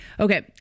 Okay